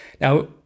Now